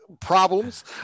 problems